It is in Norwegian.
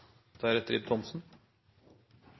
Da er